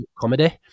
comedy